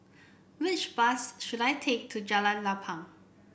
which bus should I take to Jalan Lapang